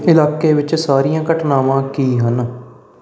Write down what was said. ਇਲਾਕੇ ਵਿੱਚ ਸਾਰੀਆਂ ਘਟਨਾਵਾਂ ਕੀ ਹਨ